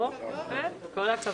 כל הכבוד.